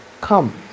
come